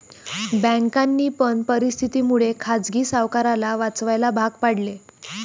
बँकांनी पण परिस्थिती मुळे खाजगी सावकाराला वाचवायला भाग पाडले